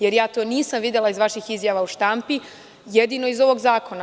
Ja to nisam videla iz vaših izjava u štampi, jedino iz ovog zakona.